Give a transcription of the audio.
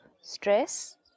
Stress